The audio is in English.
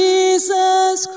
Jesus